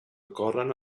ocorren